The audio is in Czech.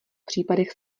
případech